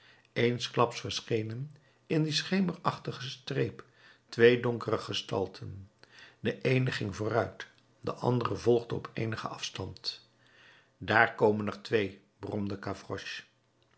eensklaps verschenen in die schemerachtige streep twee donkere gestalten de eene ging vooruit de andere volgde op eenigen afstand daar komen er twee